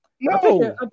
no